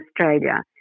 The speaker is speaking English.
Australia